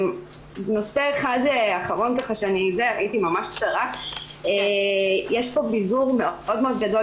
נושא אחרון, יש פה פיזור מאוד מאוד גדול